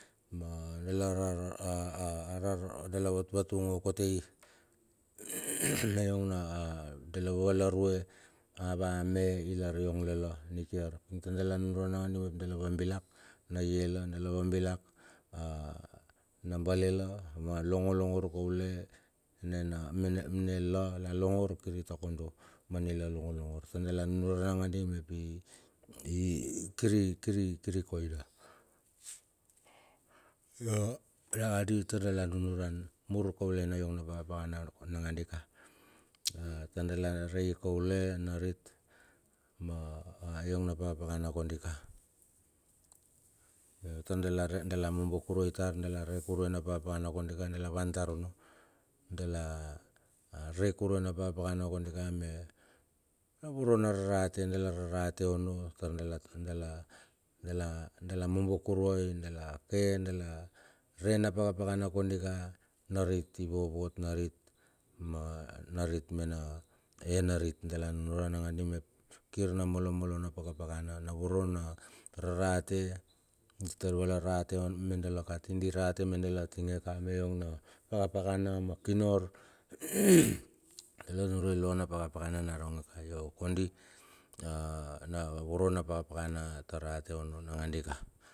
Ma lara dala vatvatung okotei na yong na la valarue ava me i lar yong la la nikiar. Tar dala nunuran nagandi mep dala vabilak na ie la. dala vabilak a na bale la, ma longo longor kaule, nena mena nena la longor kiri takodo ma nila longolongor. Tar dala nunuren nangandi mep i i i, kiri kiri, kiri koina io nangandi tar dala nunuran mur kaule na yong na pakapakana nangandika, tar dala rei kaule, narit ma yong na pakapakana kondika. Tar dala re dala mombo kurai tar dala re kurue na pakapakana kondi ka dala van tar onno. Dala re kurue na pakapakana kondika me na vorona rarate dala rarate onno tar dala, dala, dala, dala mombo kuruai, dala ke, dala re kurue pakapakana kondika, narit ivovot narit, narit mena air narit dala ran nakandi mep, kir na molo molo na pakapakana na voro na rarate di tar vala rate me dala kati, di rate me dala atinge ka me yong na pakapakana ma kino la nunure lo na pakapakana naronge ka. Yo kondi na voro na pakapakana tar a rarate onno nagandika.